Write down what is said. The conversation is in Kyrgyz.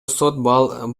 сот